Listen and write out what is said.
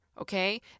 Okay